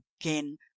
again